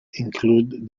include